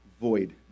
Void